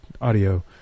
audio